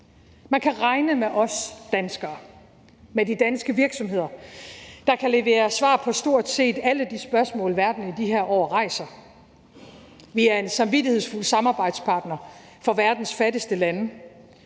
Man kan regne med os danskere, med de danske virksomheder, der kan levere svar på stort set alle de spørgsmål, verden i de her år rejser. Vi er en samvittighedsfuld samarbejdspartner for verdens fattigste lande,